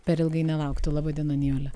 per ilgai nelauktų laba diena nijole